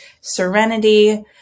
serenity